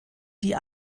die